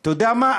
אתה יודע מה,